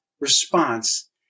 response